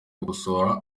gukosora